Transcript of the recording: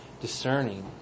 discerning